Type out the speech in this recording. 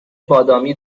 بادامی